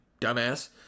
dumbass